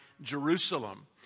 Jerusalem